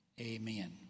Amen